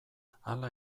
hala